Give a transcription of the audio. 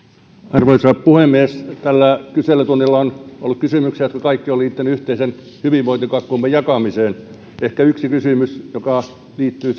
arvoisa puhemies tällä kyselytunnilla on ollut kysymyksiä jotka kaikki ovat liittyneet yhteisen hyvinvointikasvumme jakamiseen ehkä yksi kysymys joka liittyy